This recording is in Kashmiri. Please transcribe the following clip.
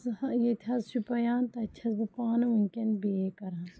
سُہ حظ ییٚتہِ حظ شُپیان تَتہِ چھٮ۪س بہٕ پانہٕ وُنکٮ۪ن بی اے کَران